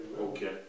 Okay